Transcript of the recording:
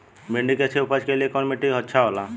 भिंडी की अच्छी उपज के लिए कवन मिट्टी अच्छा होला?